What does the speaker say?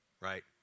right